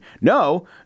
No